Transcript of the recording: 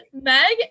Meg